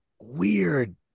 weird